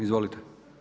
Izvolite.